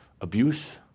abuse